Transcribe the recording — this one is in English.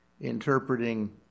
interpreting